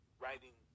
writing